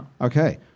Okay